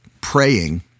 praying